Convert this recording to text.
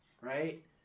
right